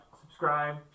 subscribe